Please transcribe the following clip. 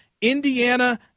Indiana